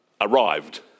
arrived